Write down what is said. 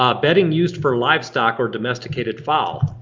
um bedding used for livestock or domesticated fowl.